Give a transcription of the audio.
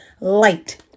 light